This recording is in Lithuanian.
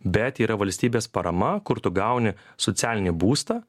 bet yra valstybės parama kur tu gauni socialinį būstą